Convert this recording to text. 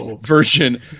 version